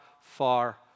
far